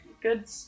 Good